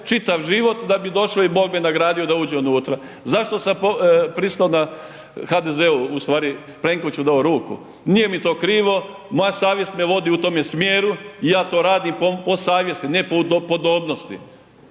čitav život da bi došao i Bog me nagradio da uđem unutra. Zašto sam pristao na HDZ-ovu u stvari Plenkovićevu dao ruku, nije mi to krivo, moja savjest me vodi u tome smjeru i ja to radim po savjesti, ne po podobnosti,